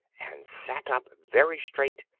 and sat up very straight,